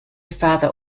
father